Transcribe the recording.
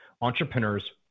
Entrepreneurs